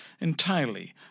entirely